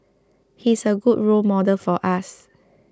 he's a good role model for us